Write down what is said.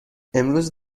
امروز